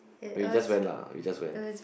we just went lah we just went